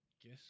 guess